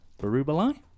Barubali